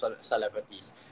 celebrities